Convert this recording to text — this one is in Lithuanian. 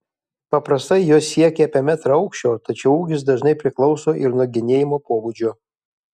paprastai jos siekia apie metrą aukščio tačiau ūgis dažnai priklauso ir nuo genėjimo pobūdžio